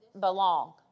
belong